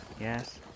yes